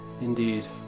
Indeed